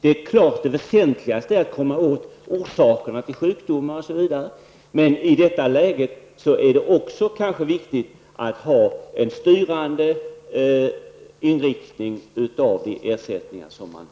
Det klart väsentligaste är att komma åt orsakerna till sjukdomar osv., men i detta läge är det kanske också viktigt att man har en styrande inriktning av de ersättningar man betalar ut.